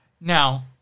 Now